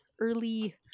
early